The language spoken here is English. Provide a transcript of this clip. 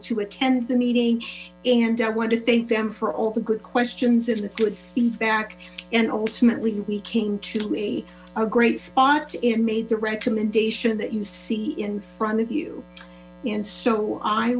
to attend the meeting and i want to thank them for all the good questions and the good feedback and ultimately we came to a great spot and made the recommendation that you see in front of you and so i